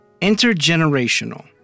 Intergenerational